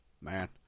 Man